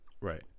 right